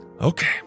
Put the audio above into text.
Okay